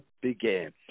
began